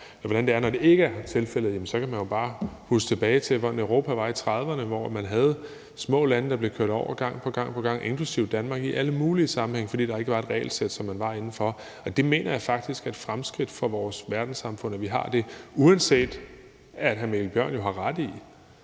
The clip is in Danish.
hvordan det er, når det ikke er tilfældet, kan man jo bare huske tilbage til, hvordan Europa var i 1930'erne, hvor man havde små lande, der blev kørt over gang på gang, inklusive Danmark, i alle mulige sammenhænge, fordi der ikke var et regelsæt, som man var inden for. Det mener jeg faktisk er et fremskridt for vores verdenssamfund, at vi har det, uanset at hr. Mikkel Bjørn jo har ret i,